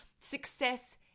success